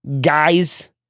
guys